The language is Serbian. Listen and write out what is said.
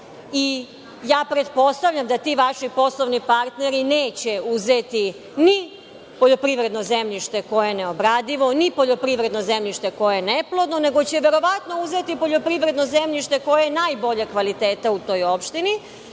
i ja pretpostavljam da ti vaši poslovni partneri neće uzeti ni poljoprivredno zemljište koje je neobradivo, ni poljoprivredno zemljište koje je neplodno, nego će verovatno uzeti poljoprivredno zemljište koje je najboljeg kvaliteta u toj opštini.